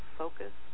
focus